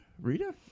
Rita